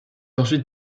ensuite